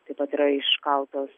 taip pat yra iškaltos